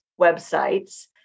websites